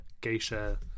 geisha